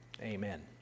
Amen